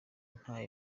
ntaho